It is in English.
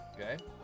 Okay